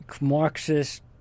Marxist